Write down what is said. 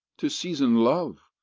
to season love,